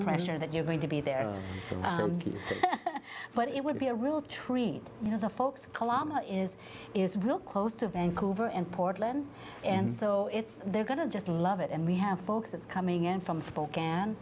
pressure that you're going to be there but it would be a real treat you know the folks kilometer is is real close to vancouver and portland and so it's they're going to just love it and we have folks that's coming in from spokane